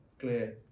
clear